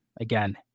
Again